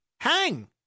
hang